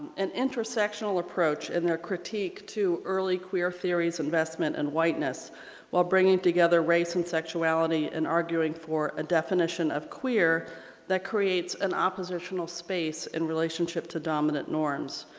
an intersectional approach in their critique to early queer theories, investment, and whiteness while bringing together race and sexuality and arguing for a definition of queer that creates an oppositional space in relationship to dominant norms.